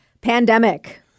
pandemic